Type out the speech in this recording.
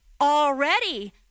already